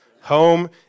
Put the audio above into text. Home